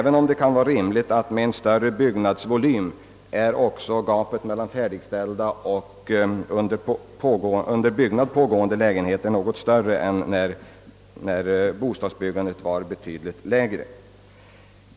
En större byggnadsvolym kan ju medföra att gapet mellan färdigställda och under byggnad varande lägenheter är något större än när bostadsbyggandet var betydligt lägre. Skillnaden tycker jag ändå har blivit för stor under senare år.